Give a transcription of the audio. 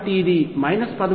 కాబట్టి ఇది 13